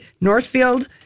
Northfield